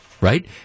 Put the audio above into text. Right